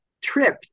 trip